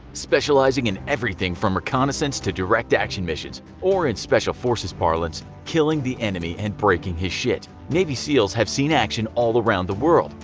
specializing in everything from reconnaissance to direct action missions or in special forces parlance, killing the enemy and breaking his shit navy seals have seen action around the world,